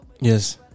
Yes